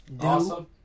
awesome